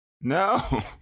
No